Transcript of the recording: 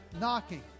knocking